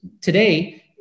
today